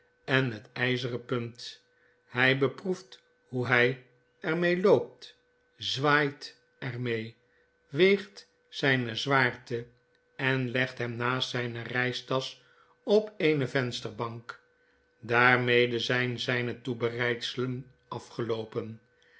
en met ijzeren punt hfl beproeft hoe hy er mee loopt zwaait er mee weegt zijne zwaarte en legt hem naast zijne reistasch op eenevensterbank daarmede zijn zijne toebereidselen afgeloopen